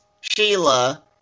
Sheila